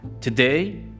Today